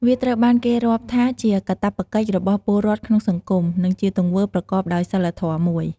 វាត្រូវបានគេរាប់ថាជាកាតព្វកិច្ចរបស់ពលរដ្ឋក្នុងសង្គម និងជាទង្វើប្រកបដោយសីលធម៌មួយ។